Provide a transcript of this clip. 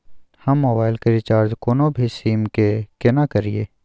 हम मोबाइल के रिचार्ज कोनो भी सीम के केना करिए?